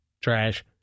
trash